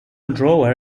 drawer